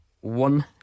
one